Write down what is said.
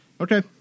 Okay